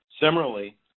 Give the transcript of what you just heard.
Similarly